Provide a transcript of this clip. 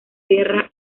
guerra